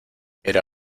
era